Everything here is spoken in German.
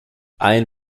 ein